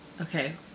Okay